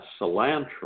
Cilantro